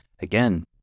Again